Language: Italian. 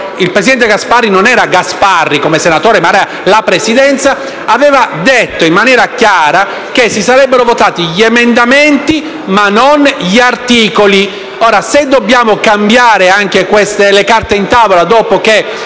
Il presidente Gasparri - non in quanto senatore, ma in quanto Presidente - aveva detto in maniera chiara che si sarebbero votati gli emendamenti, ma non gli articoli. Se dobbiamo cambiare le carte in tavola dopo che